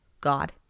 God